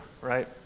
right